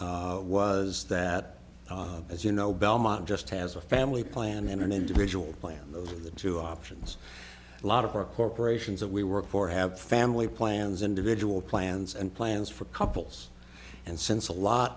d was that as you know belmont just has a family plan in an individual plan those are the two options a lot of our corporations that we work for have family plans individual plans and plans for couples and since a lot